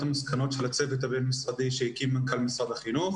המסקנות של הצוות הבין-משרדי שהקים מנכ"ל משרד החינוך.